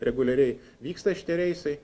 reguliariai vyksta šitie reisai